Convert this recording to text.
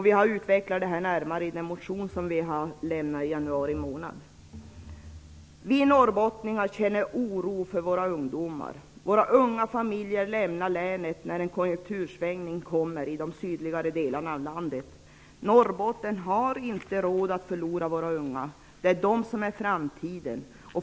Vi har utvecklat detta närmare i en motion som vi lämnade in i januari månad. Vi norrbottningar känner oro för våra ungdomar. Våra unga familjer lämnar länet när en konjunktursvängning kommer i de sydliga delarna av landet. Norrbotten har inte råd att förlora sina unga -- det är de som är framtiden.